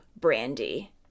Brandy